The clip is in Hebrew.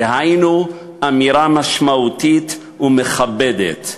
דהיינו אמירה משמעותית ומכבדת.